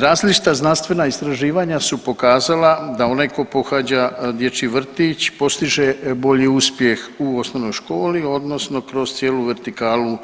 Različita znanstvena istraživanja su pokazala da onaj ko pohađa dječji vrtić postiže bolji uspjeh u osnovnoj školi odnosno kroz cijelu vertikalu